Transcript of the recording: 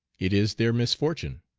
it is their misfortune.